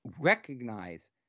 recognize